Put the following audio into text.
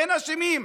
אין אשמים.